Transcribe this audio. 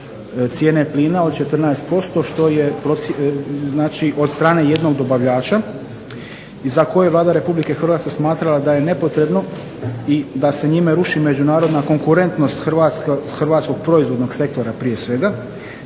cijene plina od 14% što je, znači od strane jednog dobavljača za koje je Vlada Republike Hrvatske smatrala da je nepotrebno i da se njime ruši međunarodna konkurentnost s hrvatskog proizvodnog sektora prije svega,